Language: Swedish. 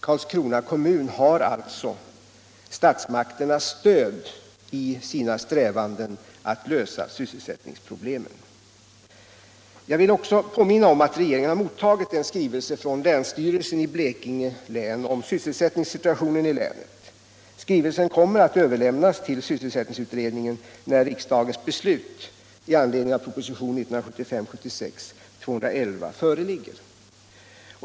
Karlskrona kommun har alltså statsmakternas stöd i sina strävanden att lösa sysselsättningsproblemen. Jag vill också påminna om att regeringen har mottagit en skrivelse från länsstyrelsen i Blekinge län angående sysselsättningssituationen i länet. Skrivelsen kommer att överlämnas till sysselsättningsutredningen när riksdagens beslut i anledning av propositionen 1975/76:211 föreligger.